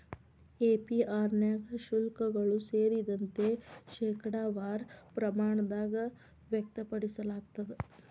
APR ನ್ಯಾಗ ಶುಲ್ಕಗಳು ಸೇರಿದಂತೆ, ಶೇಕಡಾವಾರ ಪ್ರಮಾಣದಾಗ್ ವ್ಯಕ್ತಪಡಿಸಲಾಗ್ತದ